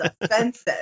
offensive